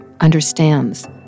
understands